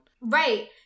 Right